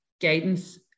guidance